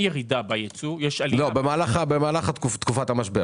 במהלך תקופת המשבר